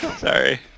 Sorry